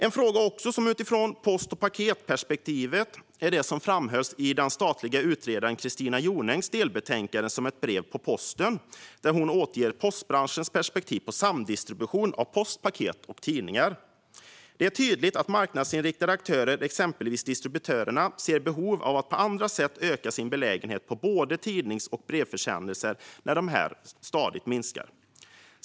En annan fråga som gäller post och paketperspektivet framhölls i den statliga utredaren Kristina Jonängs delbetänkande Som ett brev på posten , där hon återger postbranschens perspektiv på samdistribution av post, paket och tidningar. Det är tydligt att marknadsinriktade aktörer, exempelvis distributörerna, ser ett behov av att på andra sätt öka sin beläggning när både tidnings och brevförsändelser stadigt minskar.